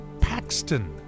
Paxton